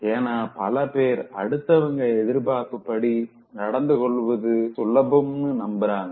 ஏனா பலபேர் அடுத்தவங்க எதிர்பார்ப்பு படி நடந்து கொள்வது சுலபம்னு நம்புறாங்க